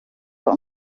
der